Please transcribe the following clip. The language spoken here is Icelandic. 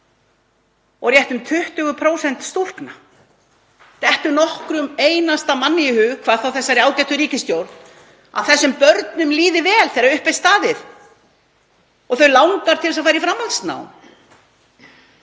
og rétt um 20% stúlkna. Dettur nokkrum einasta manni í hug, hvað þá þessari ágætu ríkisstjórn, að þessum börnum líði vel þegar upp er staðið? Þau langar til að fara í framhaldsnám.